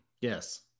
Yes